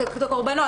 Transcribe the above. את הקורבנות,